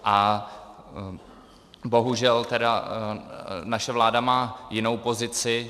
A bohužel naše vláda má jinou pozici.